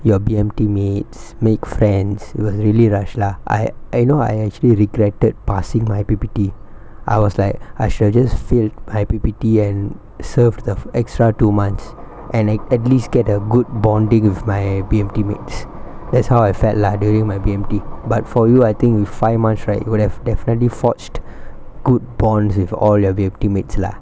your B_M_T mates make friends it was really rushed lah I I you know I actually regretted passing my I_P_P_T I was like I shall just fail I_P_P_T and serve the f~ extra two months and a~ at least get a good bonding with my B_M_T mates that's how I felt lah during my B_M_T but for you I think you five months right you would have definitely forged good bonds with all your B_M_T mates lah